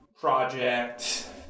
project